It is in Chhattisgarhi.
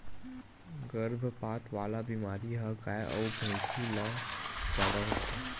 गरभपात वाला बेमारी ह गाय अउ भइसी ल जादा होथे